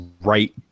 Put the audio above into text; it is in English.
right